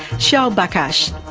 shaul bakhash,